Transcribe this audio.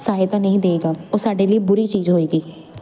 ਸਹਾਇਤਾ ਨਹੀਂ ਦਏਗਾ ਉਹ ਸਾਡੇ ਲਈ ਬੁਰੀ ਚੀਜ਼ ਹੋਏਗੀ